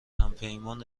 همپیمان